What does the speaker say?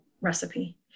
recipe